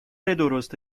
درست